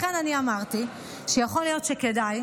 לכן אני אמרתי שיכול להיות שכדאי,